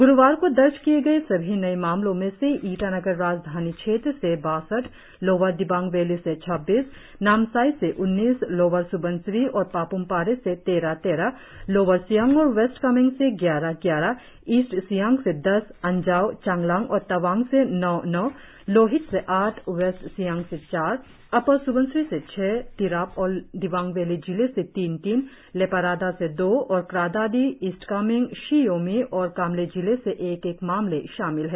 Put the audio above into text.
ग्रुवार को दर्ज किए गए सभी नए मामलों में से ईटानगर राजधानी क्षेत्र से बासठ लोअर दिबांग वैली से छब्बीस नामसाई से उन्नीस लोअर स्बनसिरी और पाप्मपारे से तेरह तेरह लोअर सियांग और वेस्ट कामेंग से ग्यारह ग्यारह ईस्ट सियांग से दस अंजाव चांगलांग और तवांग से नौ नौ लोहित से आठ वेस्ट सियांग से चार अपर सु्बनसिरी से छह तिराप और दिबांग वैली जिले से तीन तीन लेपारादा से दो और क्रा दादी ईस्ट कामेंग शी योमी और कामले जिले से एक एक मामले शामिल है